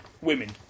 Women